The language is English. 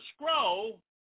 scroll